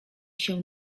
się